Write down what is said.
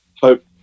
hope